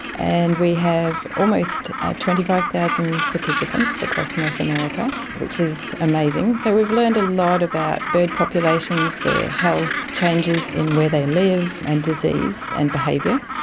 and we have almost twenty five thousand participants across north america, which is amazing. so we've learned a lot about bird populations, their health, changes in where they live and disease and behaviour.